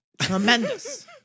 tremendous